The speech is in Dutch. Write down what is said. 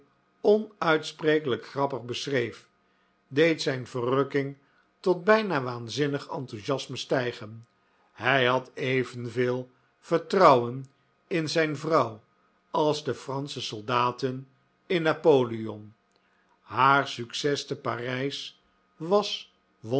onuitsprekelijk grappig beschreef deed zijn verrukking tot bijna waanzinnig enthousiasme stijgen hij had evenveel vertrouwen in zijn vrouw als de fransche soldaten in napoleon haar succes te parijs was